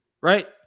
Right